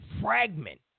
fragment